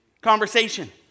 conversation